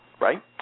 right